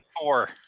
Four